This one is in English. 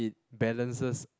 balances